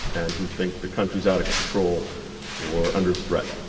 and who think the country is out of control or under threat.